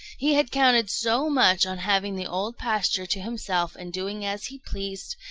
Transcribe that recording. he had counted so much on having the old pasture to himself and doing as he pleased,